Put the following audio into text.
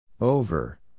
Over